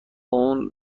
اون